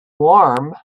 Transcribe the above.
warm